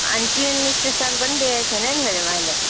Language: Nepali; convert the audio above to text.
अनि ट्रेन स्टेसन पनि देखेको छैन है मैले